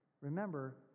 Remember